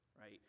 right